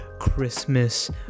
Christmas